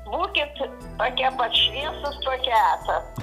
būkit tokie pat šviesūs kokie esat